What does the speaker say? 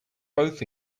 both